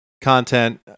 content